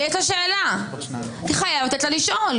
יש לה שאלה, אתה חייב לתת לה לשאול.